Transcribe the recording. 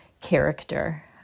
character